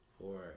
Four